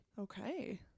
okay